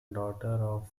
daughter